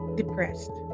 depressed